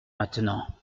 maintenant